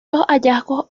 hallazgos